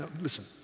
Listen